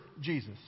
Jesus